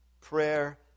Prayer